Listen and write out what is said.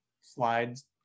slides